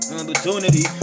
Opportunity